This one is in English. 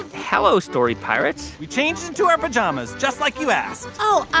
hello, story pirates we changed into our pajamas, just like you asked oh,